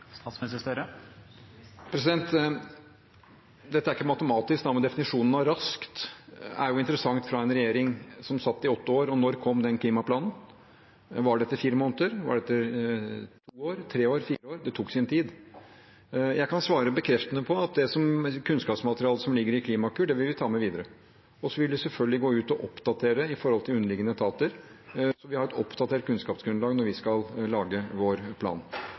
Dette er ikke matematisk, men definisjonen av raskt er jo interessant, fra en regjering som satt i åtte år. Når kom den klimaplanen? Var det etter fire måneder? Var det etter to år, tre år, fire år? Det tok sin tid. Jeg kan svare bekreftende på at det kunnskapsmaterialet som ligger i Klimakur, vil vi ta med videre. Så vil vi selvfølgelig gå ut og oppdatere det med underliggende etater, så vi har et oppdatert kunnskapsgrunnlag når vi skal lage vår plan.